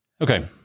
Okay